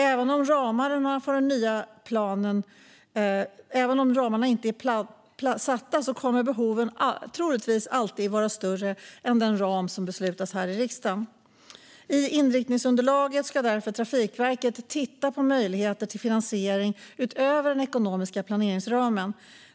Även om ramarna för den nya planen inte är satta kommer behoven troligtvis alltid att vara större än den ram som det beslutas om här i riksdagen. I inriktningsunderlaget ska därför Trafikverket titta på möjligheter till finansiering utöver den ekonomiska planeringsramen.